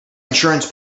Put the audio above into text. insurance